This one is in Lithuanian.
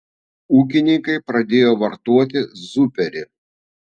ūkininkai pradėjo vartoti zuperį